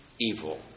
evil